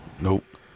Nope